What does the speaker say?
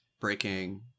breaking